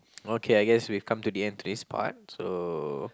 okay I guess we've come to the end today's part so